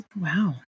Wow